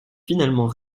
finalement